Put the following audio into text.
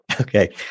Okay